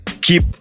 keep